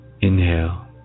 Inhale